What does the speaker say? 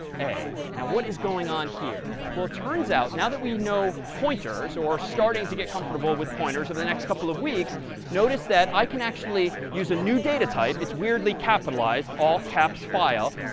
a. now what is going on here? well it turns out, now that we know pointers or starting to get comfortable with pointers over the next couple of weeks notice that i can actually use a new data type it's weirdly capitalized all caps, file.